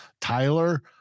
Tyler